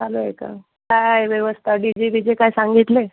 चालुए का काय व्यवस्था डीजे बीजे काय सांगितलंय